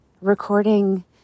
recording